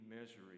misery